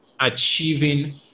achieving